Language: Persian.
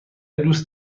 دوست